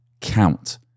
count